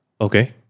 Okay